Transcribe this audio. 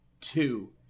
Two